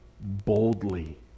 boldly